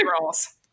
Rolls